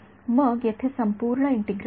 मग येथे संपूर्ण इंटिग्रल आहे